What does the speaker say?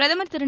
பிரதமர் திரு